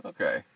Okay